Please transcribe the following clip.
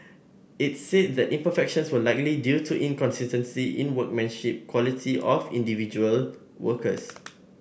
it said that imperfections were likely due to inconsistencies in workmanship quality of individual workers